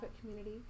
community